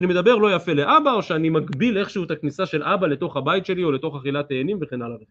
אני מדבר לא יפה לאבא או שאני מקביל איכשהו את הכניסה של אבא לתוך הבית שלי או לתוך אכילת העינים וכן הלאה